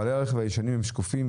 בעלי הרכב הישנים הם שקופים,